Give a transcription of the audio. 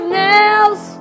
nails